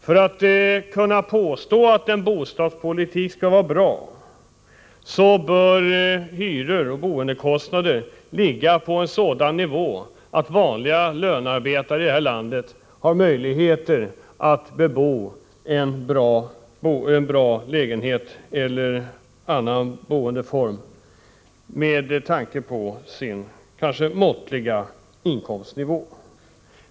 För att man skall kunna påstå att bostadspolitiken i det här landet är bra, bör hyror och boendekostnader ligga på en sådan nivå att vanliga lönearbetare har möjlighet att bo i en bra lägenhet eller bostad av annat slag i förhållande till sin kanske måttliga inkomst.